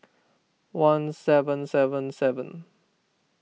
one seven seven seven